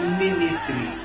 ministry